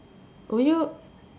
would you